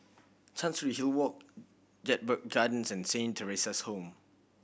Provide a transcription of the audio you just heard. Chancery Hill Walk Jedburgh Gardens and Saint Theresa's Home